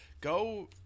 Go